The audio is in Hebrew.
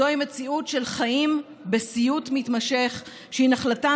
זוהי מציאות של חיים בסיוט מתמשך שהיא נחלתן